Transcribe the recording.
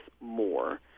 more